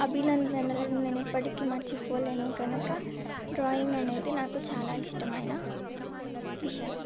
అభినందనలను నేను ఎప్పటికీ మరచిపోలేను కనుక డ్రాయింగ్ అనేది నాకు చాలా ఇష్టమైన విషయం